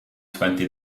twenty